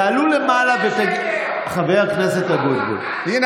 תעלו למעלה, הוא אומר שקר, הרב בעדני.